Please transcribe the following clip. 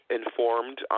informed